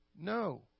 No